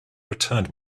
returned